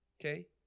Okay